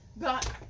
got